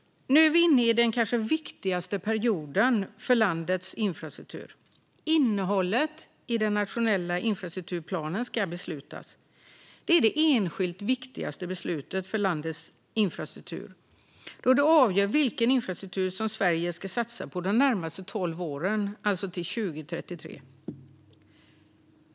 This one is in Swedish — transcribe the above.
Nu är vi inne i den kanske viktigaste perioden för landets infrastruktur. Innehållet i den nationella infrastrukturplanen ska beslutas. Det är det enskilt viktigaste beslutet för landets infrastruktur, då det avgör vilken infrastruktur som Sverige ska satsa på de närmaste tolv åren, alltså till 2033.